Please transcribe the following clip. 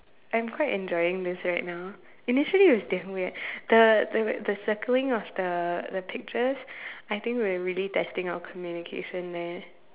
I'm quite enjoying this right now initially was damn weird the the wait the circling of the the pictures I think we are really testing our communication there